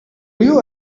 you